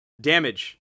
Damage